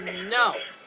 no